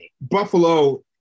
Buffalo